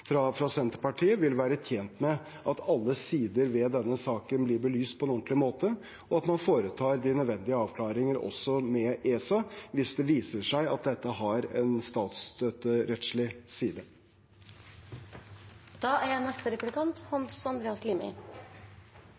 fra Senterpartiet vil være tjent med at alle sider ved denne saken blir belyst på en ordentlig måte, og at man foretar de nødvendige avklaringer også med ESA hvis det viser seg at dette har en statsstøtterettslig